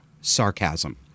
sarcasm